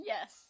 Yes